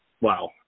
Wow